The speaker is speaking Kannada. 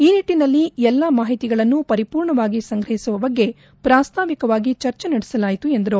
ಆ ನಿಟ್ಟನಲ್ಲಿ ಎಲ್ಲಾ ಮಾಹಿತಿಗಳನ್ನು ಪರಿಪೂರ್ಣವಾಗಿ ಸಂಗ್ರಹಿಸುವ ಬಗ್ಗೆ ಪ್ರಾಸ್ತಾವಿಕವಾಗಿ ಚರ್ಚೆ ನಡೆಸಲಾಯಿತು ಎಂದರು